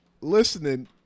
listening